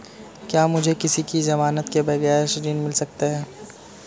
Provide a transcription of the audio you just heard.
क्या मुझे किसी की ज़मानत के बगैर ऋण मिल सकता है?